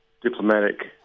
diplomatic